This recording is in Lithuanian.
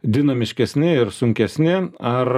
dinamiškesni ir sunkesni ar